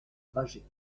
bâgé